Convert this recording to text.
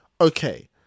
okay